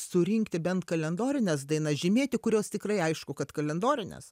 surinkti bent kalendorines žymėti kurios tikrai aišku kad kalendorinės